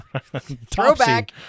Throwback